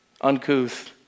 uncouth